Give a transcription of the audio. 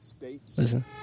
Listen